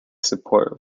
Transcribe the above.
support